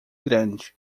grande